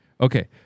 Okay